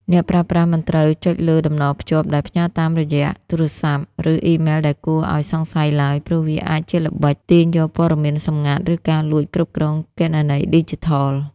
អ្នកប្រើប្រាស់មិនត្រូវចុចលើតំណភ្ជាប់ ដែលផ្ញើមកតាមរយៈសារទូរស័ព្ទ ឬអ៊ីមែលដែលគួរឱ្យសង្ស័យឡើយ ព្រោះវាអាចជាល្បិចទាញយកព័ត៌មានសម្ងាត់ ឬការលួចគ្រប់គ្រងគណនីឌីជីថល។